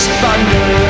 thunder